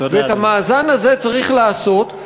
ואת המאזן הזה צריך לעשות,